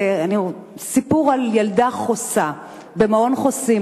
סיפור על ילדה חוסה במעון חוסים,